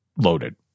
loaded